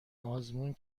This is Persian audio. آزمون